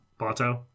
bato